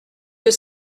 que